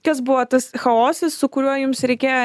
kas buvo tas chaosas su kuriuo jums reikėjo